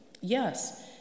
Yes